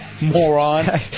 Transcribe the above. Moron